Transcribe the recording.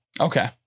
Okay